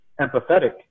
empathetic